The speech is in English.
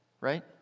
right